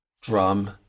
drum